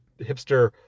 hipster